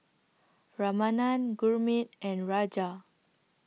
Ramanand Gurmeet and Raja